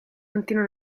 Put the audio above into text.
continua